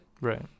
Right